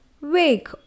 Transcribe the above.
Wake